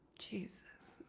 jesus.